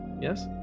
Yes